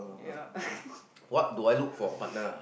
yeah